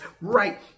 right